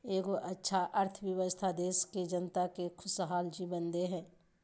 एगो अच्छा अर्थव्यवस्था देश के जनता के खुशहाल जीवन दे हइ